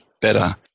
better